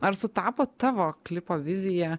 ar sutapo tavo klipo vizija